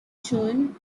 children